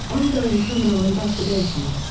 ongoing criminal investigation.